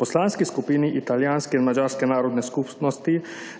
Poslanski skupini Italijanske in madžarske narodne skupnosti